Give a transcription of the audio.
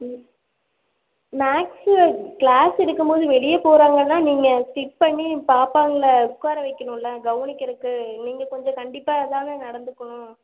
ம் மேக்ஸில் கிளாஸ் எடுக்கும் போது வெளியே போகிறாங்கன்னா நீங்கள் ஸ்டிட் பண்ணி பாப்பாங்களை உட்கார வைக்கணும்லை கவனிக்கிறதுக்கு நீங்கள் கொஞ்சம் கண்டிப்பாக தானே நடந்துக்கணும்